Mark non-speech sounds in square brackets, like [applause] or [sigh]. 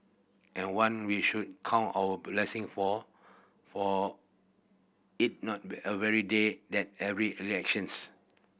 and one we should count our blessing for for it not [unintelligible] a every day then every elections